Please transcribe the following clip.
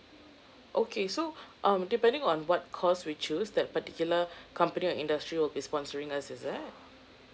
okay so um depending on what course we choose that particular company or industry will be sponsoring us is it